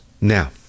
Now